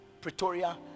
Pretoria